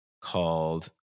called